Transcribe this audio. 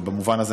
ובמובן הזה,